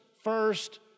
first